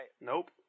Nope